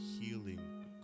healing